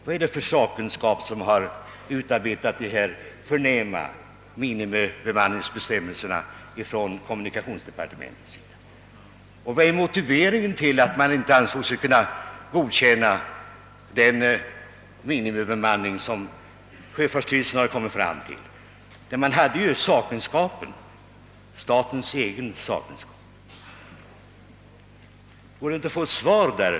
Vad är det för sakkunskap som har utarbetat dessa förnämliga bestämmelser om minimibemanning för kommunikationsdepartementets del? Vad är motiveringen till att man där inte ansåg sig kunna godkänna det förslag om minimibemanning, som framlagts av sjöfartsstyrelsen, där sakkunskapen fanns — statens egen sakkunskap? Det borde ges ett svar på detta.